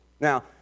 Now